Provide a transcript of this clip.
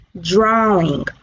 drawing